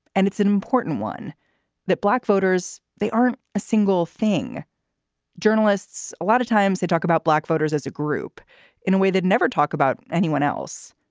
and it's an important one that black voters, they aren't a single thing journalists. a lot of times they talk about black voters as a group in a way they'd never talk about anyone else.